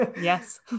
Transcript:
yes